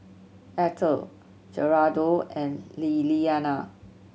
Ether Gerardo and Liliana